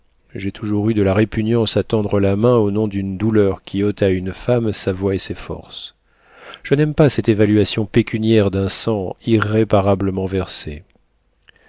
j'ai toujours eu de la répugnance à tendre la main au nom d'une douleur qui ôte à une femme sa voix et ses forces je n'aime pas cette évaluation pécuniaire d'un sang irréparablement versé